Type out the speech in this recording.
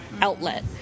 outlet